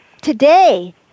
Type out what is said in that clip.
today